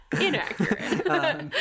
inaccurate